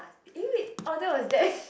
eh wait oh that was that Zac